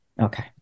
Okay